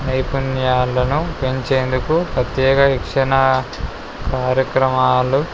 నైపుణ్యాలను పెంచేందుకు ప్రత్యేక శిక్షణ కార్యక్రమాలు